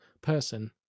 person